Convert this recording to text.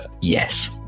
Yes